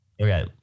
Okay